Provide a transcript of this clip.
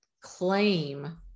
claim